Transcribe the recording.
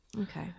Okay